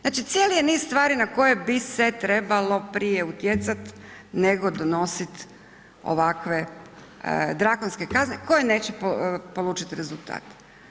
Znači, cijeli je niz stvari na koje bi se trebalo prije utjecat nego donosit ovakve drakonske kazne koje neće polučit rezultate.